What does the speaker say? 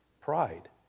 pride